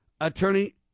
Attorney